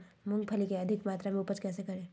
मूंगफली के अधिक मात्रा मे उपज कैसे करें?